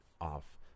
off